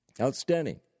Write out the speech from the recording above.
Outstanding